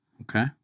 Okay